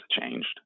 changed